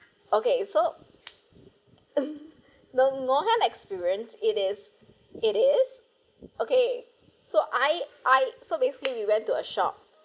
okay so no harm experience it is it is okay so I I so basically we went to a shop